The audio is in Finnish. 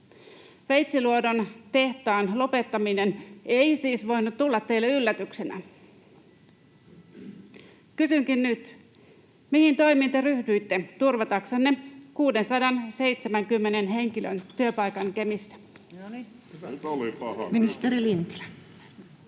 Veitsiluodon tehtaan lopettaminen ei siis voinut tulla teille yllätyksenä. Kysynkin nyt: mihin toimiin te ryhdyitte turvataksenne 670 henkilön työpaikan Kemissä? Ministeri Lintilä.